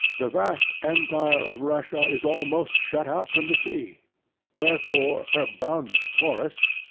the vast empire of russia is almost shut out from the sea wherefore, her boundless forests,